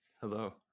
hello